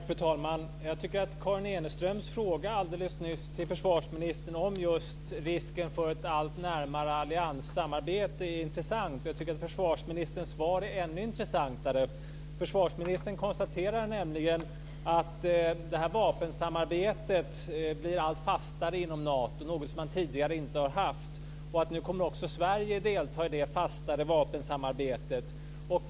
Fru talman! Karin Enströms fråga alldeles nyss till försvarsministern om just risken för ett allt närmare allianssamarbete är intressant, och försvarsministerns svar är ännu intressantare. Försvarsministern konstaterar att vapensamarbetet blir allt fastare inom Nato. Det är något som man tidigare inte har haft. Nu kommer också Sverige att delta i det fastare vapensamarbetet.